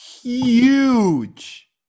huge